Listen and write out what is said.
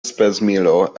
spesmilo